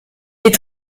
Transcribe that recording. est